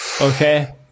Okay